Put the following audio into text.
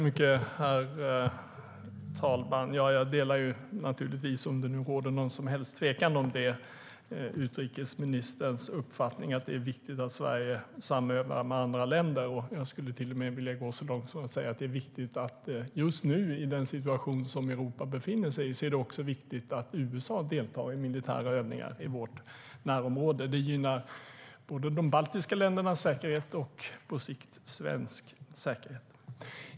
Herr talman! Jag delar naturligtvis - om det nu råder något som helst tvivel om det - utrikesministerns uppfattning att det är viktigt att Sverige samövar med andra länder. Jag skulle till och med vilja gå så långt som att säga att det i den situation som Europa befinner sig i just nu är viktigt att även USA deltar i militära övningar i vårt närområde. Det gynnar både de baltiska ländernas säkerhet och på sikt svensk säkerhet.